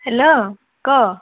hello କହ